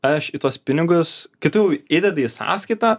aš į tuos pinigus kai tu įdedi į sąskaitą